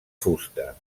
fusta